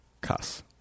cuss